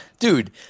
Dude